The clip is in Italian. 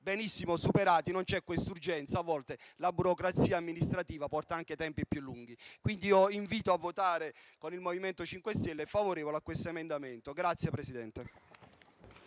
benissimo superati. Non c'è questa urgenza. A volte la burocrazia amministrativa porta anche tempi più lunghi. Quindi, invito a votare, con il MoVimento 5 Stelle, a favore di questo emendamento.